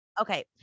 Okay